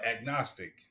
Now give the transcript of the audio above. agnostic